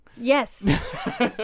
Yes